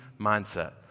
mindset